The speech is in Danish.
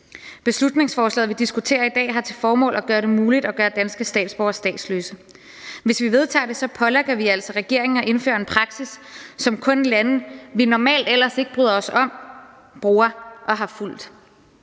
Beslutningsforslaget, som vi diskuterer i dag, har til formål at gøre det muligt at gøre danske statsborgere statsløse. Hvis vi vedtager det, pålægger vi altså regeringen at indføre en praksis, som kun lande, vi ellers normalt ikke bryder os om, bruger og har fulgt.